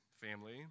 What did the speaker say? family